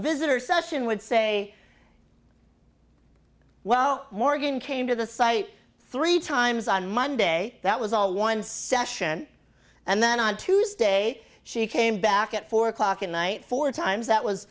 visitor session would say well morgan came to the site three times on monday that was all one session and then on tuesday she came back at four o'clock at night four times that was